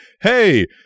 hey